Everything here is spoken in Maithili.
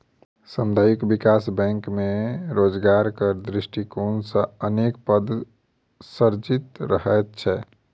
सामुदायिक विकास बैंक मे रोजगारक दृष्टिकोण सॅ अनेक पद सृजित रहैत छै